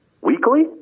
weekly